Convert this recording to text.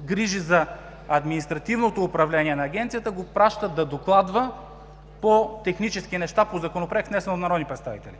грижи за административното управление на агенцията, го пращат да докладва по технически неща, по Законопроект, внесен от народни представители.